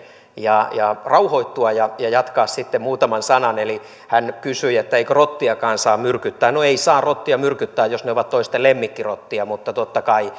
ja rauhoittua ja jatkaa sitten muutaman sanan eli hän kysyi eikö rottiakaan saa myrkyttää no ei saa rottia myrkyttää jos ne ovat toisten lemmikkirottia mutta totta kai